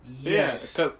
yes